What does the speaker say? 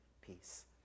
peace